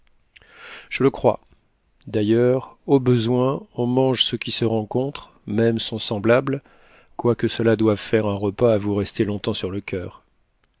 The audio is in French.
je le crois d'ailleurs au besoin on mange ce qui se rencontre même son semblable quoique cela doive faire un repas à vous rester longtemps sur le cur